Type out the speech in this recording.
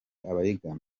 abayigana